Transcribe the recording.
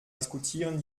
diskutieren